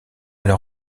leur